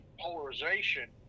polarization